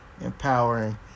empowering